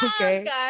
Okay